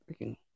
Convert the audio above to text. freaking